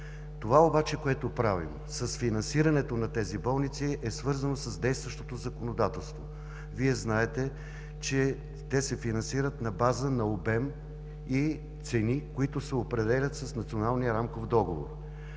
Това, което правим обаче с финансирането на тези болници, е свързано с действащото законодателство. Вие знаете, че те се финансират на база на обем и цени, определяни в Националния рамков договор.